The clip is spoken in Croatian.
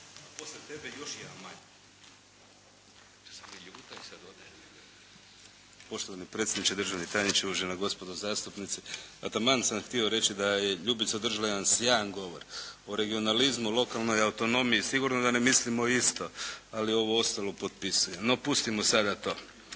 zastupnik Damir Kajin. **Kajin, Damir (IDS)** Poštovani predsjedniče, državni tajniče, uvažena gospodo zastupnici. Pa taman sam htio reći da je Ljubica držala jedan sjajan govor. O regionalizmu, lokalnoj autonomiji sigurno da ne mislimo isto ali ovo ostalo potpisujem. No, pustimo sada to.